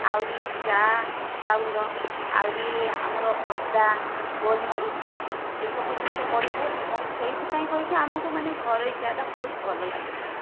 ଆହୁରି ଚା ଚାଗୁଣ୍ଡ ଆହୁରି ଆମର ଅଦା ଗୋଲମରିଚ ଏସବୁ ଜିନିଷ ପଡ଼ିଥାଏ ଏବଂ ସେଇଥିପାଇଁ କହିକି ଆମକୁ ମାନେ ଘରୋଇ ଚା ଟା ବହୁତ ଭଲ ଲାଗିଥାଏ